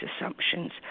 assumptions